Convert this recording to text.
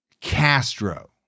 Castro